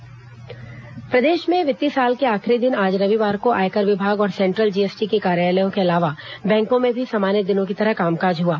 bank आयकर प्रदेश में वित्तीय साल के आखिरी दिन आज रविवार को आयकर विभाग और सेंट्रल जीएसटी के कार्यालयों के अलावा बैंकों में भी सामान्य दिनों की तरह कामकाज हुआ